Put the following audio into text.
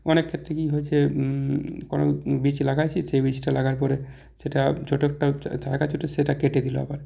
অনেক ক্ষেত্রে কী হয়েছে কোনও বীজ লাগিয়েছি সে বীজটা লাগার পরে সেটা ছোটো একটা চারা গাছ উঠে সেটা কেটে দিল আবার